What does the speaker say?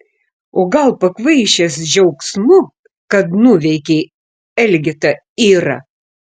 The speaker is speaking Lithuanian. o gal pakvaišęs džiaugsmu kad nuveikei elgetą irą